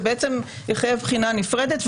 ובעצם יחייב בחינה נפרדת.